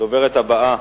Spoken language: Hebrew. הדוברת הבאה,